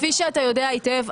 כפי שאתה יודע היטב,